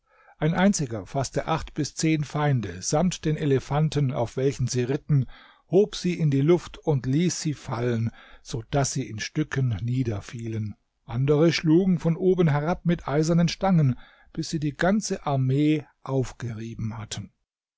ein einziger faßte acht bis zehn feinde samt den elefanten auf welchen sie ritten hob sie in die luft und ließ sie fallen so daß sie in stücken niederfielen andere schlugen von oben herab mit eisernen stangen bis sie die ganze armee aufgerieben hatten